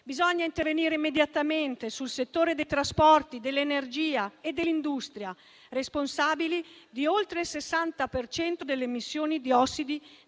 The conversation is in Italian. Bisogna intervenire immediatamente sui settori dei trasporti, dell'energia e dell'industria, responsabili di oltre il 60 per cento delle emissioni di ossido